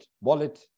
wallet